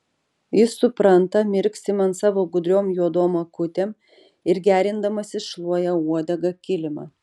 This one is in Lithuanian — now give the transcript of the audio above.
jis supranta mirksi man savo gudriom juodom akutėm ir gerindamasis šluoja uodega kilimą